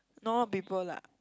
no people lah